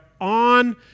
on